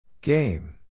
Game